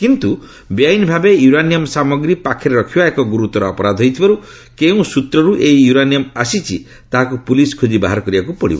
କିନ୍ତୁ ବେଆଇନ୍ ଭାବେ ୟୁରାନିୟମ୍ ସାମଗ୍ରୀ ପାଖରେ ରଖିବା ଏକ ଗୁରୁତର ଅପରାଧ ହୋଇଥିବାରୁ କେଉଁ ସୂତ୍ରରୁ ଏହି ୟୁରାନିୟମ୍ ଆସିଛି ତାହାକୁ ପୁଲିସ୍ ଖୋଜି ବାହାର କରିବାକୁ ପଡ଼ିବ